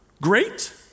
great